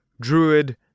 druid